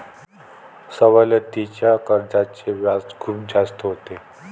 सवलतीच्या कर्जाचे व्याज खूप जास्त होते